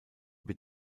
wird